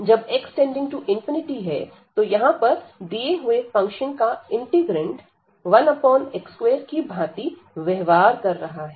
जब x→∞ तो यहां पर दिए हुए फंक्शन का इंटीग्रैंड 1x2 की भांति व्यवहार कर रहा है